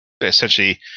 essentially